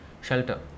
shelter